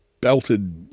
belted